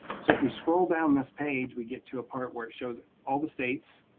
so if we scroll down this page, we get to a part where it shows all the states,